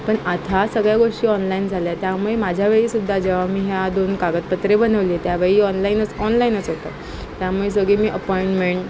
पण आता सगळ्या गोष्टी ऑनलाईन झाल्या त्यामुळे माझ्या वेळीसुद्धा जेव्हा मी ह्या दोन कागदपत्रे बनवले त्यावेळी ऑनलाईनच ऑनलाईनच होतं त्यामुळे सगळी मी अपॉइंटमेंट